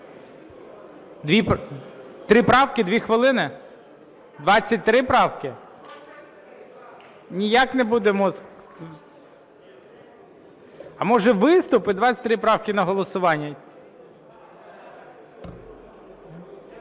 Три правки? Дві хвилини? 23 правки? Ніяк не будемо… А, може, виступ - і 23 правки на голосування?